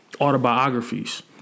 autobiographies